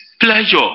pleasure